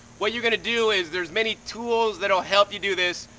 what you're gonna do is there is many tools that'll help you do this,